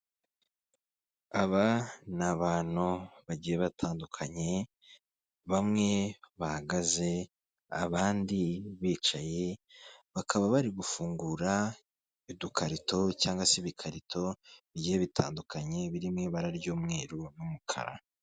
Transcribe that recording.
Aba ni abantu bagiye batandukanye bamwe bahagaze abandi bicaye, bakaba bari gufungura udukarito cyangwa se ibikarito bigiye bitandukanye biri mu ibara ry'umweru n'umukara.